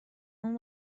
اون